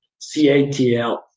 CATL